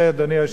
אדוני היושב-ראש,